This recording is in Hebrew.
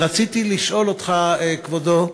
רציתי לשאול אותך, כבודו: